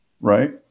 Right